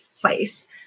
place